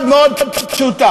מאוד מאוד פשוטה: